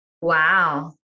Wow